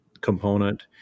component